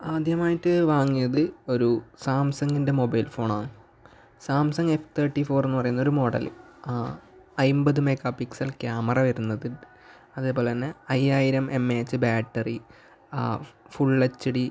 ആദ്യമായിട്ട് വാങ്ങിയത് ഒരു സാംസങ്ങിൻ്റെ മൊബൈൽ ഫോണാണ് സാംസങ് എഫ് തേർട്ടി ഫോർ എന്ന് പറയുന്ന ഒരു മോഡല് ആമ്പത് മെഗാ പിക്സൽ ക്യാമറ വരുന്നതുണ്ട് അതേപോലെ തന്നെ അയ്യായിരം M A H battery full H D